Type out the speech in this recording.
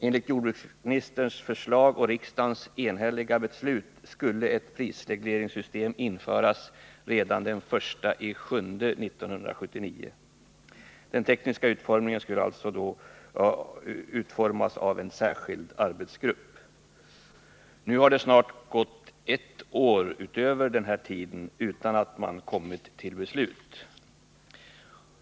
Enligt jordbruksministerns förslag och riksdagens enhälliga beslut skulle ett prisregleringssystem införas redan den 1 juli 1979. Den tekniska utformningen av systemet skulle utarbetas av en särskild arbetsgrupp. Nu har det snart gått ett år utöver den här tiden utan att man kommit till beslut.